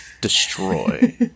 Destroy